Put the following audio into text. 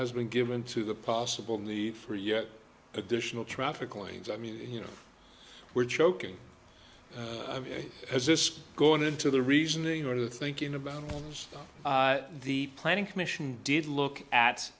has been given to the possible need for yet additional traffic lines i mean you know we're joking has this gone into the reasoning or the thinking about the planning commission did look at